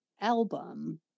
album